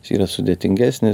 jis yra sudėtingesnis